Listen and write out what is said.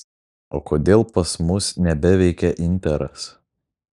o kodėl pas mus nebeveikia interas